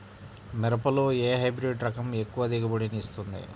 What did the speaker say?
మిరపలో ఏ హైబ్రిడ్ రకం ఎక్కువ దిగుబడిని ఇస్తుంది?